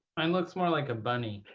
mine looks more like a bunny.